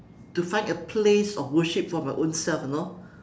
to find a place of worship for my own self you know